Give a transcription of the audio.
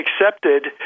accepted